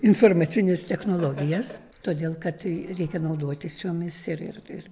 informacines technologijas todėl kad reikia naudotis jomis ir ir ir